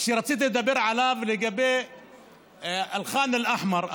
רציתי לדבר לגבי אל-ח'אן אל אחמר,